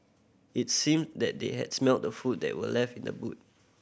it seemed that they had smelt the food that were left in the boot